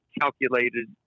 calculated